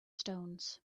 stones